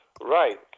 Right